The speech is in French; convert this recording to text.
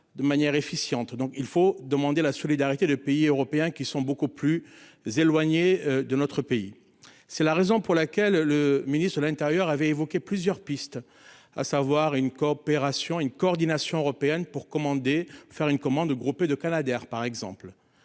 de manière efficiente. Donc il faut demander la solidarité de pays européens qui sont beaucoup plus éloignés de notre pays. C'est la raison pour laquelle le ministre de l'Intérieur avait évoqué plusieurs pistes, à savoir une coopération, une coordination européenne pour commander faire une commande groupée de Canadair par exemple